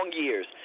years